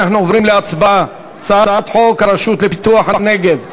אנחנו עוברים להצבעה: הצעת חוק הרשות לפיתוח הנגב (תיקון,